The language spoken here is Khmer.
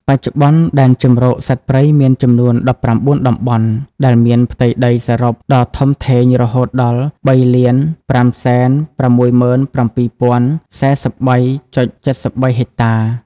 បច្ចុប្បន្នដែនជម្រកសត្វព្រៃមានចំនួន ១៩ តំបន់ ដែលមានផ្ទៃដីសរុបដ៏ធំធេងរហូតដល់ ៣,៥៦៧,០៤៣.៧៣ ហិកតា។